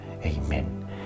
Amen